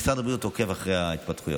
משרד הבריאות עוקב אחרי ההתפתחויות.